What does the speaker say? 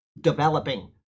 developing